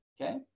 okay